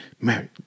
married